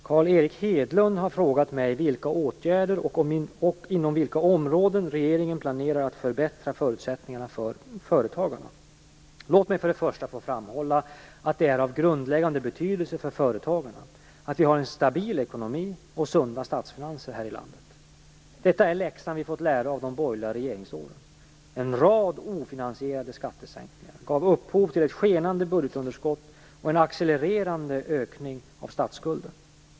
Fru talman! Carl Erik Hedlund har frågat mig vilka åtgärder och inom vilka områden regeringen planerar att förbättra förutsättningarna för företagarna. Låt mig för det första få framhålla att det är av grundläggande betydelse för företagarna att vi har en stabil ekonomi och sunda statsfinanser här i landet. Detta är läxan vi fått lära av de borgerliga regeringsåren. En rad ofinansierade skattesänkningar gav upphov till ett skenande budgetunderskott och en accelererande ökning av statsskulden.